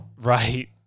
right